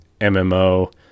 MMO